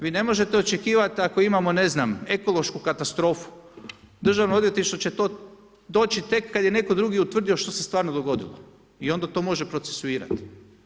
Vi ne možete očekivati, ako imamo ne znam, ekološku katastrofu, državno odvjetništvo će to doći tek kad je netko drugi utvrdio što se stvarno dogodilo i onda to može procesuirati.